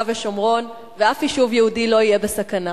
ושומרון ואף יישוב יהודי לא יהיה בסכנה.